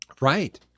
Right